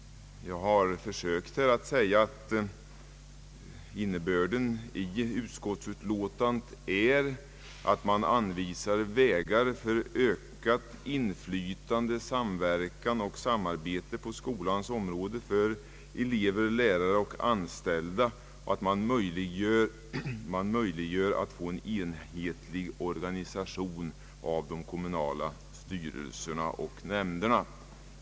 Jag har försökt säga att innebörden i utskottsutlåtandet är att man anvisar vägar för ökat inflytande, samverkan och samarbete på skolans område för elever, lärare och anställda och att man möjliggör en enhetlig organisation av de kommunala styrelserna och nämnderna.